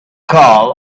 call